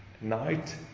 night